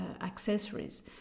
accessories